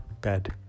bed